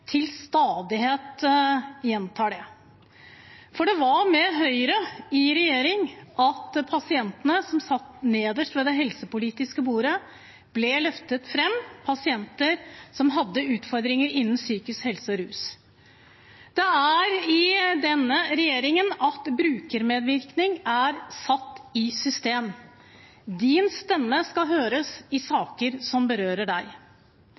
til stadighet gjentar det. For det var med Høyre i regjering at pasientene som satt nederst ved det helsepolitiske bordet, ble løftet fram – pasienter som har utfordringer innen psykisk helse og rus. Det er i denne regjeringen at brukermedvirkning er satt i system – din stemme skal høres i saker som berører